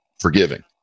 forgiving